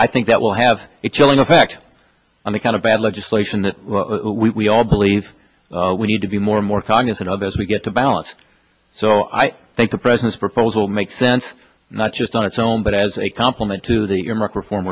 i think that will have a chilling effect on the kind of bad legislation that we all believe we need to be more and more cognizant of as we get to balance so i think the president's proposal makes sense not just on its own but as a complement to the